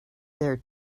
their